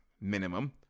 minimum